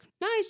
nice